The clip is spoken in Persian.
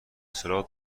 سراغ